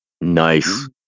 Nice